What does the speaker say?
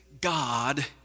God